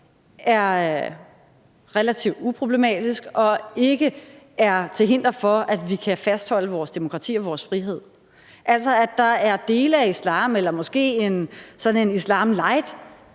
er relativt uproblematisk og ikke er til hinder for, at vi kan fastholde vores demokrati og vores frihed, altså at der er dele af islam eller måske sådan en islam light,